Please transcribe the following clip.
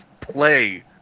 play